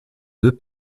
deux